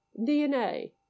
DNA